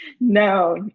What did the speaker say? no